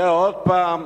יהיה עוד פעם,